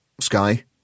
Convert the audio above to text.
Sky